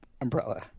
Umbrella